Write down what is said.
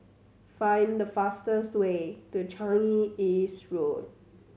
find the fastest way to Changi East Road